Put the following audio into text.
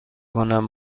کنم